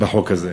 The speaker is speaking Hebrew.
בחוק הזה.